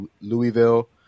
Louisville